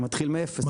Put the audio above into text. אתה מתחיל מאפס,